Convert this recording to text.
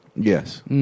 Yes